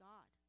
God